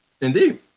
Indeed